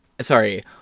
sorry